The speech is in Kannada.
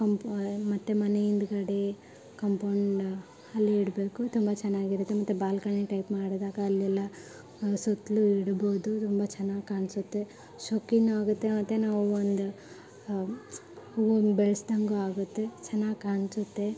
ಕಂಪೌ ಮತ್ತು ಮನೆ ಹಿಂದ್ಗಡೆ ಕಂಪೌಂಡ್ ಅಲ್ಲಿ ಇಡಬೇಕು ತುಂಬ ಚೆನ್ನಾಗಿರುತ್ತೆ ಮತ್ತು ಬಾಲ್ಕನಿ ಟೈಪ್ ಮಾಡಿದಾಗ ಅಲ್ಲೆಲ್ಲ ಸುತ್ತಲೂ ಇಡ್ಬೋದು ತುಂಬ ಚೆನ್ನಾಗ್ ಕಾಣಿಸುತ್ತೆ ಶೋಕಿನೂ ಆಗುತ್ತೆ ಮತ್ತು ನಾವು ಒಂದು ಹೂವುನ್ ಬೆಳೆಸ್ದಂಗು ಆಗುತ್ತೆ ಚೆನ್ನಾಗ್ ಕಾಣಿಸುತ್ತೆ